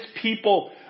people